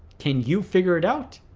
can you figure it out?